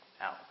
out